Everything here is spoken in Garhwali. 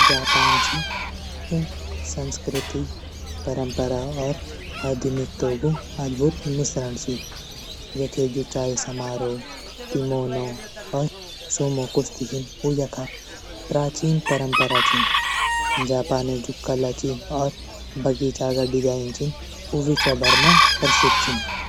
जू जापान ची उ संस्कृति, परंपरा, और अधिनुक्तों गू अद्भुद मिश्रण ची यखे जू चाय समारोह, किमोनो और सूमो कुस्ती छीन यू यखा प्राचीन परंपरा छीन जापाने जू कला ची और बगीचा ग डिज़ाइन छीन ऊ विश्वभर म प्रसिद्ध छीन।